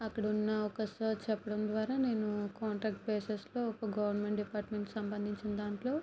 అక్కడ ఉన్న ఒక సార్ చెప్పడం ద్వారా నేను కాంట్రాక్ట్ బేసిస్లో ఒక గవర్నమెంట్ డిపార్ట్మెంట్ సంబందించిన దాంట్లో